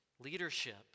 leadership